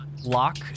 lock